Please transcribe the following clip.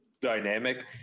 dynamic